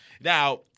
Now